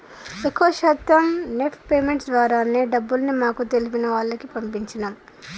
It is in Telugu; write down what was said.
ఎక్కువ శాతం నెఫ్ట్ పేమెంట్స్ ద్వారానే డబ్బుల్ని మాకు తెలిసిన వాళ్లకి పంపించినం